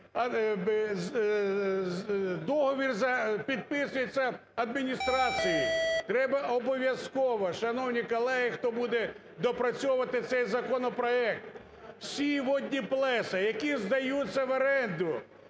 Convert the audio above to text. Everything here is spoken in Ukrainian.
договір підписується адміністрацією. Треба обов'язково, шановні колеги, хто буде доопрацьовувати цей законопроект, всі водні плеса, які здаються в оренду,